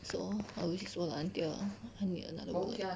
so I will use this wallet until I need another wallet